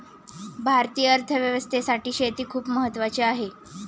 भारतीय अर्थव्यवस्थेसाठी शेती खूप महत्त्वाची आहे